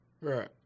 Right